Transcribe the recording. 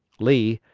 lee,